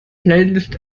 playlist